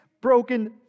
broken